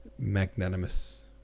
magnanimous